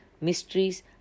mysteries